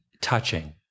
touching